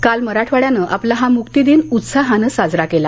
काल मराठवाड्यानं आपला हा मुक्तीदिन उत्साहानं साजरा केला